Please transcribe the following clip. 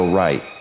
right